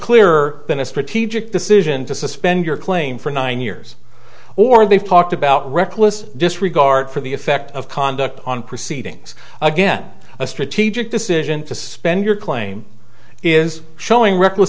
clearer than a strategic decision to suspend your claim for nine years or they've talked about reckless disregard for the effect of conduct on proceedings again a strategic decision to suspend your claim is showing reckless